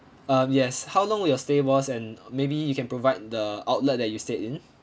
um yes how long were your stay was and maybe you can provide the outlet that you stayed in